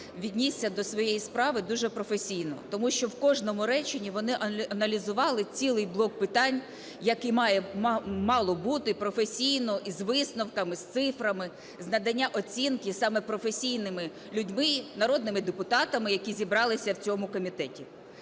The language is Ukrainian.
віднісся до своєї справи дуже професійно, тому що в кожному реченні вони аналізували цілий блок питань, як і мало б бути, професійно і з висновками, з цифрами, з наданням оцінки саме професійними людьми, народними депутатами, які зібралися в цьому комітеті.